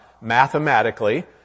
Mathematically